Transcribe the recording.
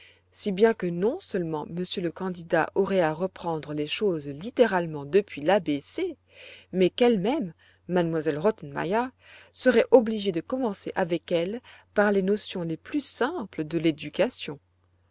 si bien que non-seulement monsieur le candidat aurait à reprendre les choses littéralement depuis l'a b c mais qu'elle-même m elle rottenmeier serait obligée de commencer avec elle par les notions les plus simples de l'éducation